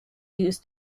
used